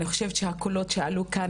אני חושבת שהקולות שעלו כאן,